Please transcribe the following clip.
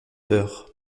peur